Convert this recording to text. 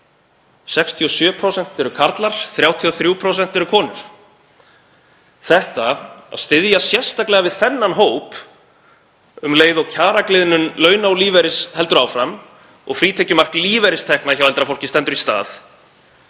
67% eru karlar, 33% eru konur. Það að styðja sérstaklega við þennan hóp um leið og kjaragliðnun launa og lífeyris heldur áfram og frítekjumark lífeyristekna hjá eldra fólki stendur í stað